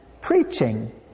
preaching